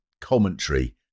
commentary